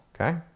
okay